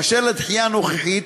אשר לדחייה הנוכחית,